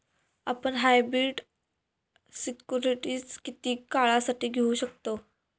आपण hybrid securities किती काळासाठी घेऊ शकतव